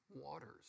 waters